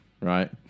right